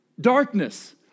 darkness